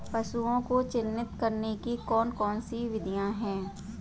पशुओं को चिन्हित करने की कौन कौन सी विधियां हैं?